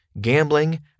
gambling